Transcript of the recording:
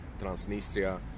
Transnistria